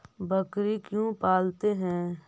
बकरी क्यों पालते है?